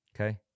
Okay